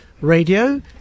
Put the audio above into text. Radio